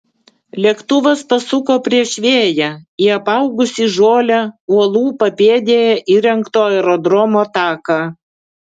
lėktuvas pasuko prieš vėją į apaugusį žole uolų papėdėje įrengto aerodromo taką